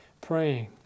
praying